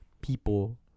people